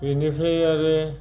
बिनिफ्राय आरो